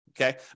Okay